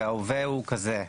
וההווה הוא כזה.